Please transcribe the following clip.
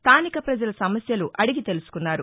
స్టానిక ప్రజల సమస్యలు అడిగి తెలుసుకున్నారు